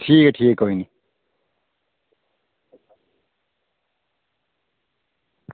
ठीक ऐ ठीक ऐ कोई निं